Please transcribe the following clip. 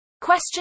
Question